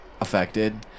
affected